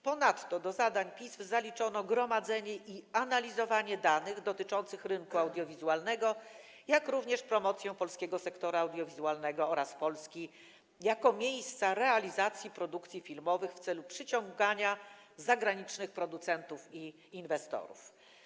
Ponadto do zadań PISF zaliczono gromadzenie i analizowanie danych dotyczących rynku audiowizualnego, jak również promocję polskiego sektora audiowizualnego oraz Polski jako miejsca realizacji produkcji filmowych w celu przyciągania zagranicznych producentów i inwestorów.